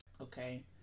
Okay